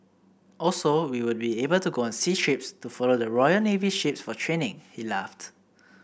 also we would be able to go on sea trips to follow the Royal Navy ships for training he laughed